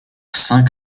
saint